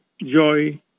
joy